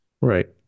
Right